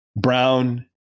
Brown